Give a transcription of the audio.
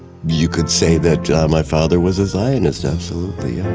you could say that my father was a zionist, absolutely. yeah